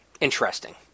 interesting